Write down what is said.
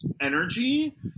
energy